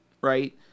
Right